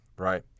Right